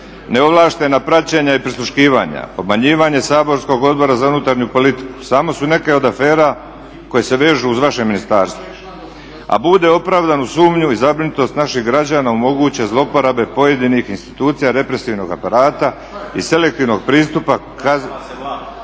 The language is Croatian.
neovlaštena praćenja i prisluškivanja, obmanjivanje saborskog Odbora za unutarnju politiku samo su neke od afera koje se vežu uz vaše ministarstvo, a bude opravdanu sumnju i zabrinutost naših građana i moguće zloporabe pojedinih institucija represivnog aparata i selektivnog pristupa kaznenim